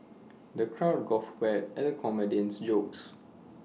the crowd guffawed at the comedian's jokes